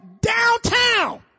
downtown